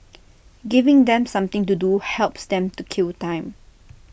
giving them something to do helps them to kill time